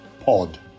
pod